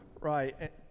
Right